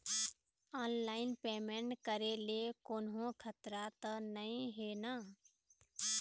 Online payment करे ले कोन्हो खतरा त नई हे न?